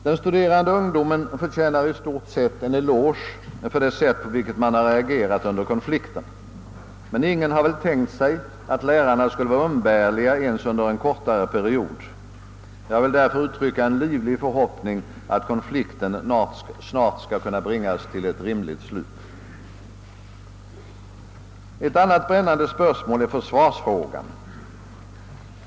Den studerande ungdomen förtjänar i stort sett en eloge för det sätt på vilket den reagerat under konflikten, men ingen har väl tänkt sig att lärarna skulle vara umbärliga ens under en kortare period. Jag vill därför uttrycka en livlig förhoppning om att konflikten snart skall kunna bringas till ett rimligt slut. Ett annat brännande spörsmål är försvarsfrågan.